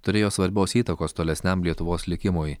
turėjo svarbios įtakos tolesniam lietuvos likimui